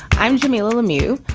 i'm jamilah lemieux,